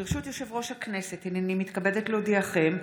ברשות יושב-ראש הכנסת, הינני מתכבדת להודיעכם,